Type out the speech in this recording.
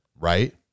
right